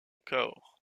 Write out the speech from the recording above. cahors